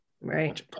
right